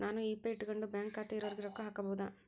ನಾನು ಯು.ಪಿ.ಐ ಇಟ್ಕೊಂಡು ಬ್ಯಾಂಕ್ ಖಾತೆ ಇರೊರಿಗೆ ರೊಕ್ಕ ಹಾಕಬಹುದಾ?